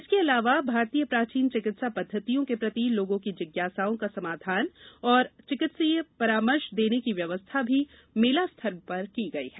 इसके अलावा भारतीय प्राचीन चिकित्सा पद्धतियों के प्रति लोगों की जिज्ञासाओं का समाधान और चिकित्सकीय परामर्श देने की व्यवस्था भी मेलास्थल पर की गई है